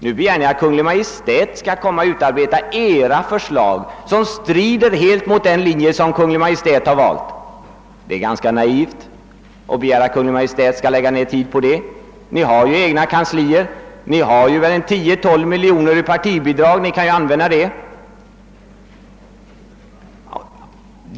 Nu begär ni att Kungl. Maj:t skall utarbeta era förslag, vilka strider helt mot den linje som Kungl. Maj:t har valt. Det är ganska naivt att begära att Kungl. Maj:t skall lägga ner tid på detta; ni har ju egna kanslier och ni har väl 10—12 miljoner kronor i partibidrag — ni kan ju använda dem.